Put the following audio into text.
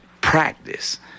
practice